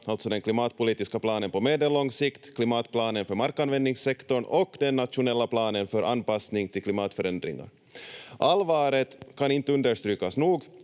den klimatpolitiska planen på medellång sikt, klimatplanen för markanvändningssektorn och den nationella planen för anpassning till klimatförändringar. Allvaret kan inte understrykas nog: